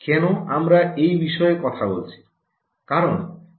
কেন আমরা এই বিষয়ে কথা বলছি